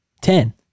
Ten